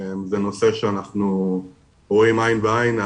זה נושא שאנחנו רואים עין בעין,